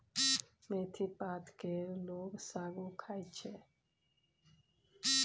मेथी पात केर लोक सागो खाइ छै